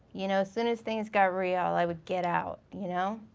you know, soon as things got real i would get out, you know?